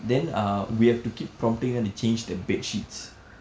then err we have to keep prompting them to change the bedsheets